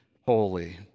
holy